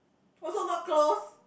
also not close